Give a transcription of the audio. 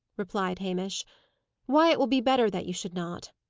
replied hamish why it will be better that you should not.